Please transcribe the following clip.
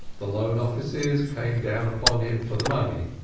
the loan offices came down upon him for the money.